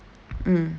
mm